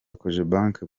cogebanque